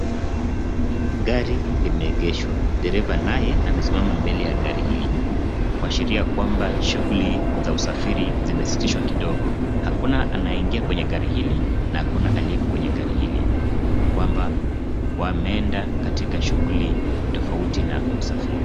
Gari limeegeshwa. Dereva naye amesimama mbele ya gari hili kuashiria kwamba shughuli za usafiri zimesitishwa kidogo. Hakuna anayeingia kwenye gari hili na hakuna aliyeko kwenye gari hili. Kwamba wameenda shughuli tofauti na usafiri.